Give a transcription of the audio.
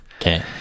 Okay